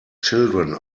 children